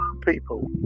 people